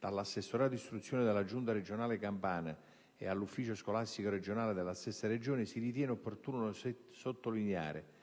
all'assessorato istruzione della Giunta regionale della Campania e all'ufficio scolastico regionale della stessa Regione, si ritiene opportuno sottolineare,